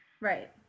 Right